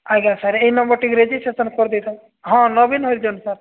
ଆଜ୍ଞା ସାର୍ ଏଇ ନମ୍ୱରଟିକି ରେଜିଷ୍ଟ୍ରେସନ୍ କରି ଦେଇ ଥାଆନ୍ତୁ ହଁ ନବୀନ୍ ହରିଜନ ସାର୍